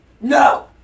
No